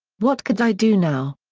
what could i do now,